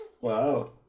Wow